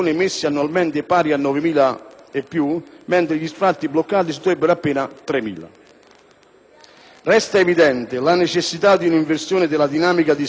Resta evidente la necessità di una inversione della dinamica distorta dei prezzi immobiliari come sistema per far tornare il bene casa accessibile ai cittadini con reddito medio,